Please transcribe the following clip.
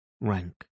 rank